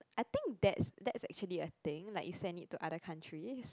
I think that's that's actually a thing like you send it to other countries